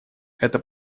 это